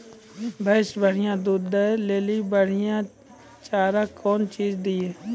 भैंस बढ़िया दूध दऽ ले ली बढ़िया चार कौन चीज दिए?